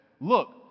look